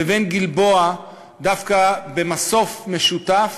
לבין הגלבוע: דווקא במסוף משותף